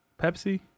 Pepsi